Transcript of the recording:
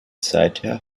seither